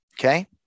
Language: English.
okay